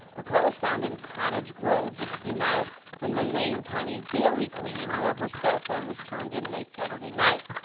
her car was found in cottage grove, just a few miles from the lane county dairy queen where her cell phone was turned in late saturday night.